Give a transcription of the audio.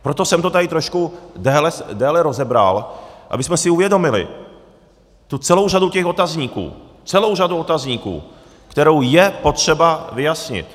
Proto jsem to tady trošku déle rozebral, abychom si uvědomili tu celou řadu těch otazníků, celou řadu otazníků, kterou je potřeba vyjasnit.